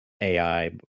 ai